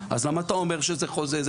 אז למה אתה אומר שזה חוזה,